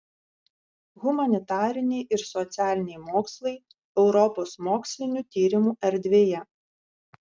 humanitariniai ir socialiniai mokslai europos mokslinių tyrimų erdvėje